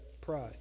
Pride